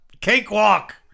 Cakewalk